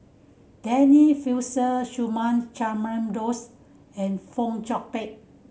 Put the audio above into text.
Denise Fletcher Subha Chandra Bose and Fong Chong Pik